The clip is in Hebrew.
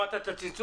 שמעת את הצלצול?